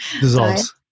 dissolves